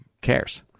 cares